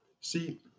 See